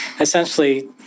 essentially